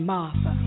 Martha